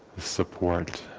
support,